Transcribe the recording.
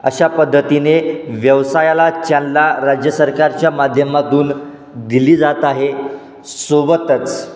अशा पद्धतीने व्यवसायाला चालना राज्य सरकारच्या माध्यमातून दिली जात आहे सोबतच